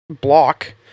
block